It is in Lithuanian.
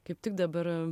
kaip tik dabar